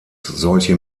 solche